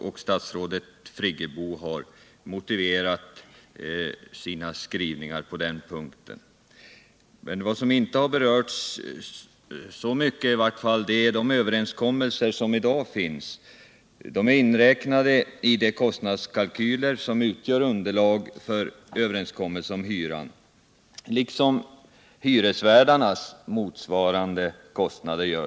och statsrådet Nr 155 Friggebo har motiverat sina skrivningar på denna punkt. Men vad som inte Måndagen den berörts så mycket är de överenskommelser som i dag finns. De är inräknade i 29 maj 1978 de kostnadskalkyler som utgör underlag för överenskommelse om hyran, liksom hyresvärdarnas motsvarande kostnader.